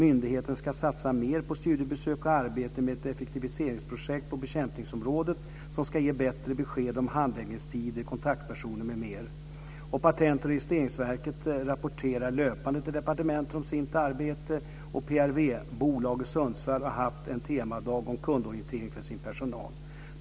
Myndigheten ska satsa mer på studiebesök och arbete med ett effektiviseringsprojekt på bekämpningsområdet som ska ge bättre besked om handläggningstider, kontaktpersoner m.m. Patent och registreringsverket, PRV, rapporterar löpande till departementet om sitt arbete. PRV Bolag i Sundsvall har haft en temadag om kundorientering för sin personal.